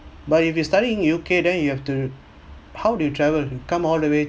but if you studying in U_K then you have to how do you travel you come all the way